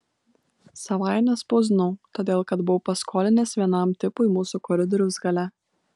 savąja nespausdinau todėl kad buvau paskolinęs vienam tipui mūsų koridoriaus gale